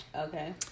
Okay